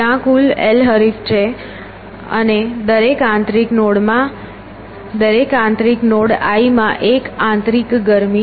ત્યાં કુલ l હરીફ છે અને દરેક આંતરિક નોડ i માં એક આંતરિક ગરમી છે